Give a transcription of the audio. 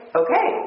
okay